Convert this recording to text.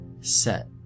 set